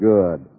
Good